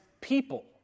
people